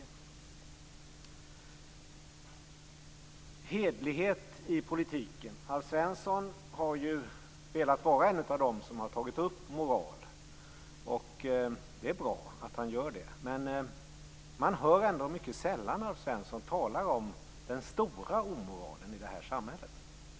När det gäller hederlighet i politiken har ju Alf Svensson varit en av dem som har tagit upp frågan om moral. Det är bra att han gör det. Men man hör mycket sällan Alf Svensson tala om den stora omoralen i samhället.